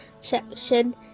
section